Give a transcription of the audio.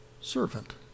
servant